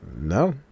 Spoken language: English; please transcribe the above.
No